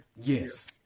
Yes